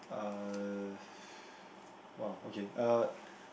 uh !wow! okay uh